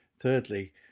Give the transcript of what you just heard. thirdly